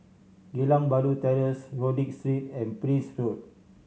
Geylang Bahru Terrace Rodyk Street and Prince Road